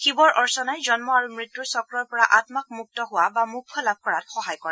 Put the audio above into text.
শিৱৰ অৰ্চনাই জন্ম আৰু মৃত্যুৰ চক্ৰৰ পৰা আম্মাক মুক্ত হোৱা বা মোক্ষ লাভ কৰাত সহায় কৰে